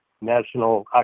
National